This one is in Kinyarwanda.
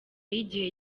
y’igihe